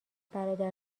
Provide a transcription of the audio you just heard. برادر